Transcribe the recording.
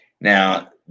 Now